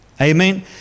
Amen